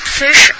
fish